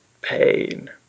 pain